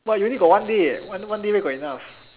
!wah! you only got one day eh one day where got enough